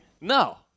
No